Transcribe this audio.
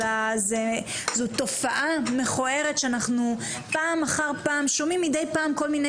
אלא זו תופעה מכוערת שאנחנו פעם אחר פעם שומעים מדי פעם כל מיני